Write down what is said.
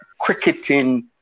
cricketing